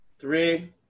Three